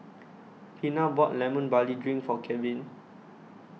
Vina bought Lemon Barley Drink For Kevin